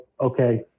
okay